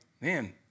man